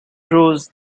rose